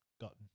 gotten